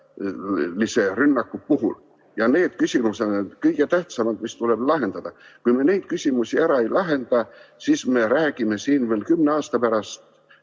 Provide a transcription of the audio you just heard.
rünnaku puhul. Need küsimused on kõige tähtsamad, mis tuleb lahendada. Kui me neid küsimusi ära ei lahenda, siis me räägime siin veel kümne aasta pärast